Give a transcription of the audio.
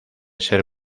ser